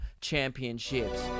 Championships